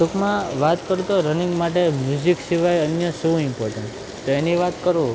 ટૂંકમાં વાત કરું તો રનિંગ માટે મ્યુજિક સિવાય અન્ય શું ઇમ્પોર્ટન્ટ તો એની વાત કરું